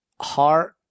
Heart